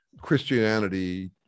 Christianity